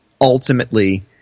ultimately